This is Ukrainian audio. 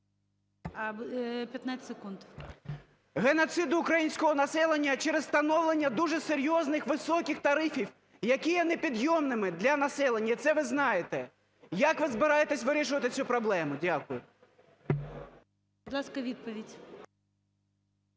О.В. …геноцид українського населення через встановлення дуже серйозних високих тарифів, які є не підйомними для населення, і це ви знаєте. Як ви збираєтеся вирішувати цю проблему? Дякую. ГОЛОВУЮЧИЙ. Будь ласка, відповідь.